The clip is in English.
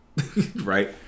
Right